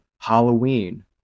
Halloween